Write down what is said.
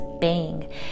bang